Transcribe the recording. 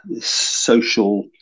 social